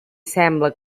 sembla